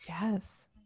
yes